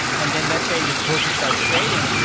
and then let's say this token starts trading,